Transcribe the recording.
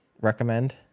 recommend